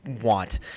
want